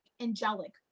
angelic